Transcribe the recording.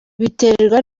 biterwa